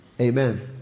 amen